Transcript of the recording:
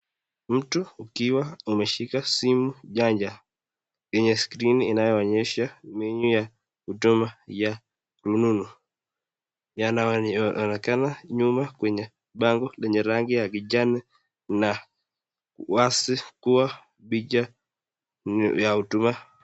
Mtu akiwa ameshija simu jaja, yenye skrini inayoonyesha menu ya huduma ya rununu, yanayoonekana nyuma kwenye bango yenye rangi ya kijani na wazi kuwa picha inayotoa...